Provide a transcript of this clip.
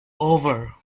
over